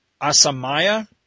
Asamaya